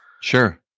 Sure